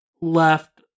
left